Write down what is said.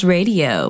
Radio